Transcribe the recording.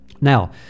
Now